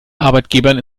arbeitgebern